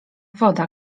woda